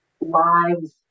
lives